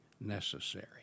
necessary